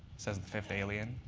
says the fifth alien.